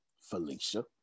Felicia